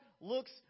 looks